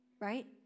right